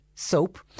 Soap